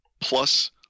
plus